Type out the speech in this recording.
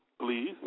please